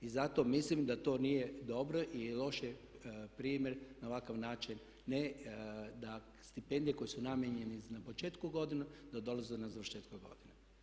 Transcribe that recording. I zato mislim da to nije dobro i loš je primjer na ovakav način ne da stipendije koje su namijenjene na početku godine da dolaze na završetku godine.